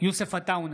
יוסף עטאונה,